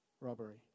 robbery